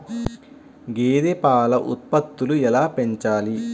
గేదె పాల ఉత్పత్తులు ఎలా పెంచాలి?